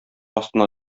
астына